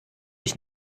ich